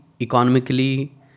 economically